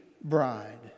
bride